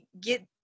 get